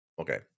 okay